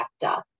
factor